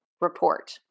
report